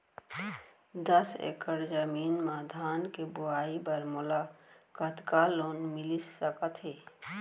दस एकड़ जमीन मा धान के बुआई बर मोला कतका लोन मिलिस सकत हे?